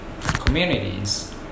communities